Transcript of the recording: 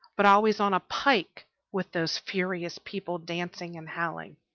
but always on a pike, with those furious people dancing and howling.